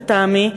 לטעמי,